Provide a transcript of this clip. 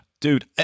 Dude